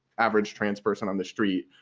average trans person on the street.